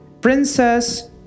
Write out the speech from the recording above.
Princess